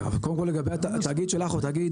קודם כל לגבי התאגיד שלך אנחנו נגיד